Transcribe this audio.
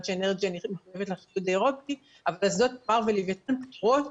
שאנרג'י מחויבת לאיחוד האירופי אבל תמר ולווייתן פטורות.